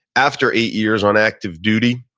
after eight years on active duty,